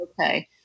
Okay